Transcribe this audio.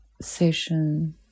session